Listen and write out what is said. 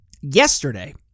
Yesterday